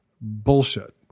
bullshit